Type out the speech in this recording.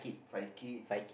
five kid